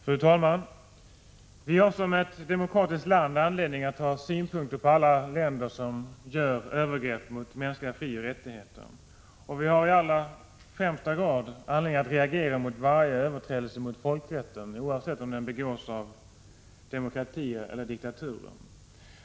Fru talman! Sverige har som ett demokratiskt land anledning att ha synpunkter på alla länder som gör övergrepp mot mänskliga frioch rättigheter, och vi har i allra högsta grad anledning att reagera mot varje överträdelse mot folkrätten, oavsett om den begås av demokratier eller diktaturer.